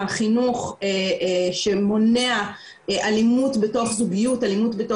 הנושא שלו הוא מערכות יחסים אלימות בין